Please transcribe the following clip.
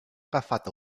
agafat